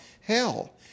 hell